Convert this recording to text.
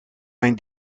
mijn